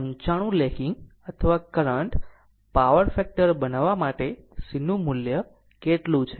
95 lagging અને current power factor બનાવવા માટે C નું મૂલ્ય કેટલું છે